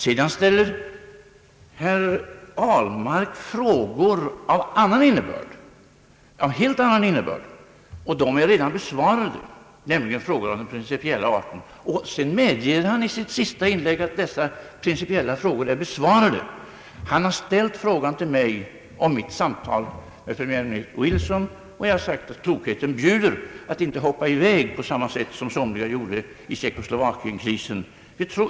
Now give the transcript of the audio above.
Sedan ställer herr Ahlmark frågor av helt annan innebörd, och de är redan besvarade, nämligen frågor av den principiella arten. Därefter medger han i det senaste inlägget att de principiella frågorna redan är besvarade. Han har ställt frågan till mig om mitt samtal med premiärminister Wilson, och jag har svarat att klokheten bjuder att icke hoppa i väg på det sätt somliga gjorde i tjeckoslovakienkrisen.